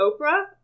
Oprah